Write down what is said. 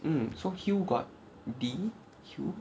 mm so hue got D